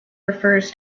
refers